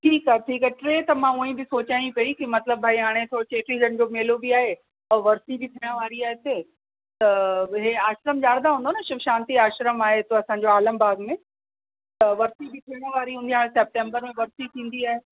ठीकु आहे ठीकु आहे टे त मां उहा ई बि सोचां ई पई कि मां त भई हाणे चेटीचंड जो मेलो बि आहे ऐं वर्सी बि थियण वारी आहे हिते त ॿिए आश्रम जाणंदा हूंदो न शिव शांती आश्रम आहे हिते असांजो आलमबाग में त वर्सी बि थियण वारी हूंदी हाणे सेप्टेंबर में वर्सी थींदी आहे